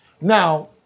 Now